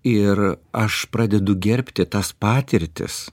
ir aš pradedu gerbti tas patirtis